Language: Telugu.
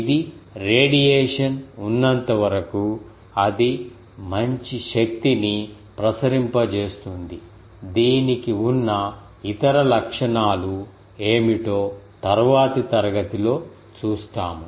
ఇది రేడియేషన్ ఉన్నంతవరకు అది మంచి శక్తిని ప్రసరింపజేస్తుంది దీనికి ఉన్న ఇతర లక్షణాలు ఏమిటో తరువాతి తరగతిలో చూస్తాము